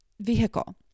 vehicle